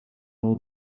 all